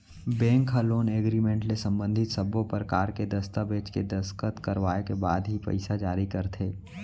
bank ह loan agreement ले संबंधित सब्बो परकार के दस्ताबेज के दस्कत करवाए के बाद ही पइसा जारी करथे